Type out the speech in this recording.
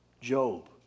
job